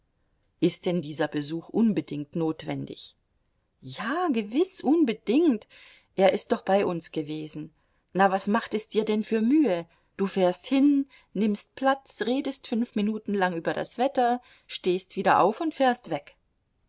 ist denn dieser besuch unbedingt notwendig ja gewiß unbedingt er ist doch bei uns gewesen na was macht es dir denn für mühe du fährst hin nimmst platz redest fünf minuten lang über das wetter stehst wieder auf und fährst weg